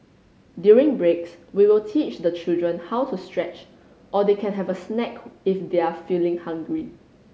during breaks we will teach the children how to stretch or they can have a snack if they're feeling hungry